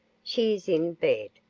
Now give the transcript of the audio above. she is in bed,